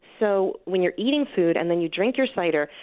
so when you're eating food and then you drink your cider,